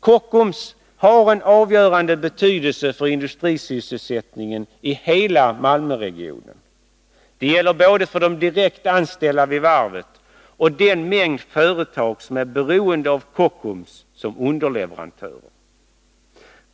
Kockums har en avgörande betydelse för industrisysselsättningen i hela Malmöregionen. Det gäller för både de direktanställda vid varvet och den mängd företag som är beroende av Kockums som underleverantörer.